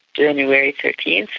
january thirteen,